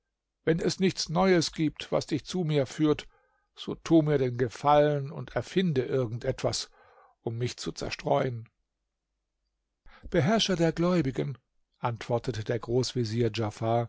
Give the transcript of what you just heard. wenn es nichts neues gibt was dich zu mir führt so tue mir den gefallen und erfinde irgend etwas um mich zu zerstreuen beherrscher der gläubigen antwortete der